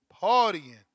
Partying